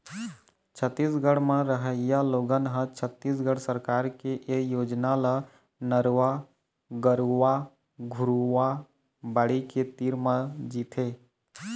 छत्तीसगढ़ म रहइया लोगन ह छत्तीसगढ़ सरकार के ए योजना ल नरूवा, गरूवा, घुरूवा, बाड़ी के के तीर म जीथे